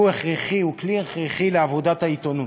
שהוא הכרחי, הוא כלי הכרחי לעבודת העיתונות.